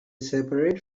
separate